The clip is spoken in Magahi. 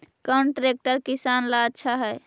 कौन ट्रैक्टर किसान ला आछा है?